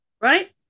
right